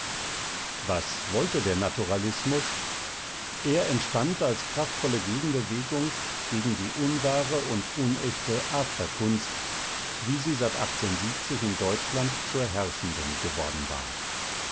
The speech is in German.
was wollte der naturalismus er entstand als kraftvolle gegenbewegung gegen die unwahre und unechte afterkunst wie sie seit in deutschland zur herrschenden geworden war